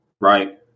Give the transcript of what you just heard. Right